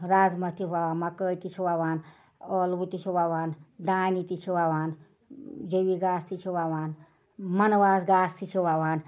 رازما تہِ وَوان مَکٲے تہِ چھِ وَوان ٲلوٕ تہِ چھِ وَوان دانہِ تہِ چھِ وَوان جٮ۪وی گاسہٕ تہِ چھِ وَوان مَنواز گاسہٕ تہِ چھِ وَوان